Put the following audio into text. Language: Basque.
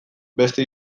beste